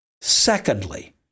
Secondly